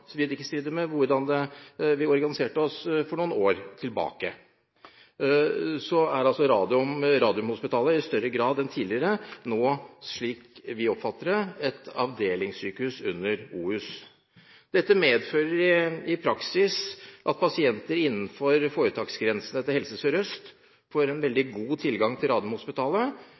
ikke stride mot hvordan vi organiserte oss for noen år tilbake – er Radiumhospitalet nå i større grad enn tidligere, slik vi oppfatter det, et avdelingssykehus under OUS. Dette medfører i praksis at pasienter innenfor foretaksgrensene til Helse Sør-Øst får veldig god tilgang til Radiumhospitalet,